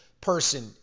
person